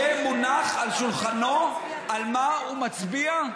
יהיה מונח על שולחנו על מה הוא מצביע?